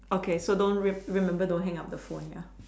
okay so don't re~ remember don't hang up the phone ya